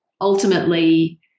ultimately